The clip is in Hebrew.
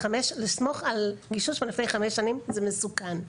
שלסמוך על גישוש מלפני חמש שנים זה מסוכן.